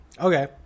Okay